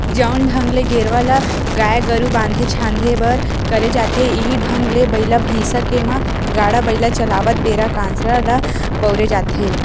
जउन ढंग ले गेरवा ल गाय गरु बांधे झांदे बर करे जाथे इहीं ढंग ले बइला भइसा के म गाड़ा बइला चलावत बेरा कांसरा ल बउरे जाथे